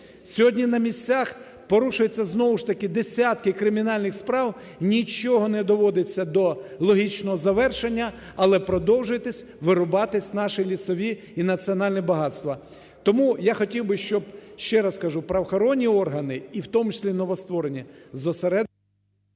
Сьогодні на місцях порушуються, знову ж таки, десятки кримінальних справ. Нічого не доводиться до логічного завершення. Але продовжують вирубатись наші лісові і національні багатства. Тому я хотів би, щоб, ще раз кажу, правоохоронні органи і в тому числі новостворені зосередились…